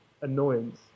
annoyance